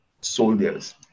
soldiers